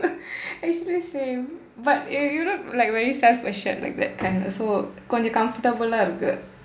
actually same but eh you look like very self assured like that kind also கொஞ்சம்:konjsam comfortable-aa இருக்கு:irukku